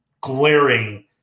glaring